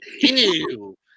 Ew